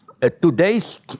today's